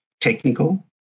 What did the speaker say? technical